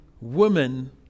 women